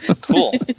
cool